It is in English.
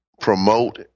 promote